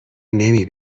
نمی